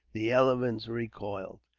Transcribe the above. the elephants recoiled,